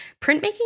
printmaking